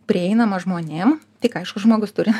prieinama žmonėm tik aišku žmogus turi